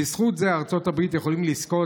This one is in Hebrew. בזכות זה ארצות הברית יכולים לזכות,